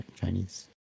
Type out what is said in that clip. Chinese